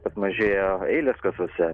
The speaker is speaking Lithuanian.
tad mažėja eilės kasose